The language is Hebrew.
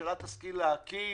שהממשלה תשכיל להקים